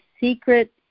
secret